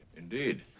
Indeed